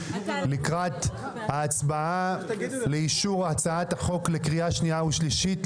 לקראת ההצבעה לאישור הצעת החוק לקריאה שנייה ושלישית.